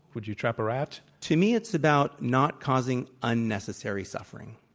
would you trap a rat? to me, it's about not causing unnecessary suffering.